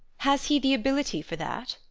has he the ability for that?